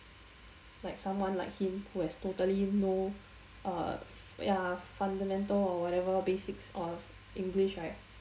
like someone like him who has totally no ya fundamental or whatever basics of english right